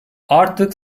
artık